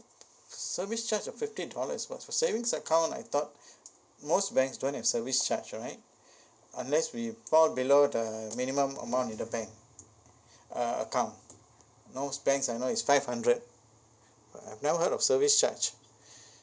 service charge of fifty dollars what savings account I thought most banks don't have service charge right unless we fall below the minimum amount in the bank uh account most banks I know is five hundred uh I've never heard of service charge